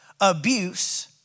abuse